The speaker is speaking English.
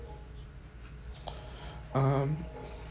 um